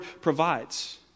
provides